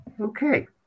Okay